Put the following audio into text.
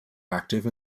active